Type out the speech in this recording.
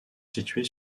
situés